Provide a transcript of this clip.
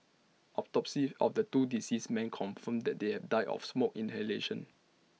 autopsies on the two deceased men confirmed that they have died of smoke inhalation